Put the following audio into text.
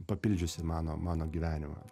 papildžiusi mano mano gyvenimą